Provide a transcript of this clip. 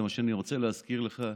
זה מה שאני רוצה להזכיר לך,